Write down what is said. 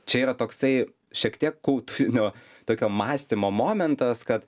čia yra toksai šiek tiek kultūrinio tokio mąstymo momentas kad